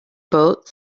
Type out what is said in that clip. both